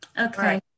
Okay